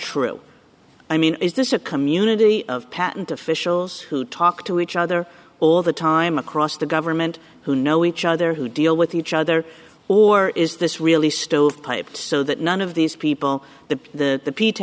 true i mean is this a community of patent officials who talk to each other all the time across the government who know each other who deal with each other or is this really still hyped so that none of these people